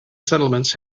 settlement